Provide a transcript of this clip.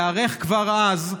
להיערך כבר אז,